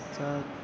चत्